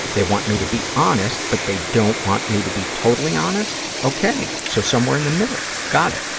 they want me to be honest but they don't want me to be totally honest? okay, so somewhere in the middle, got it.